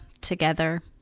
together